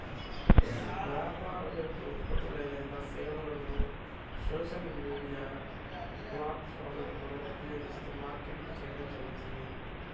వ్యాపారం యొక్క ఉత్పత్తులు లేదా సేవలను సోషల్ మీడియా ప్లాట్ఫారమ్లను ఉపయోగిస్తూ మార్కెటింగ్ చేయడం జరుగుతుంది